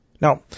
Now